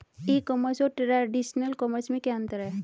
ई commerce और traditional commerce में क्या अंतर है?